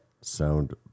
Sound